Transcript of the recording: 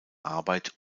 arbeit